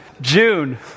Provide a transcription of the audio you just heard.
June